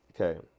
okay